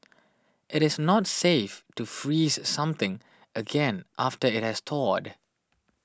it is not safe to freeze something again after it has thawed